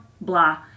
blah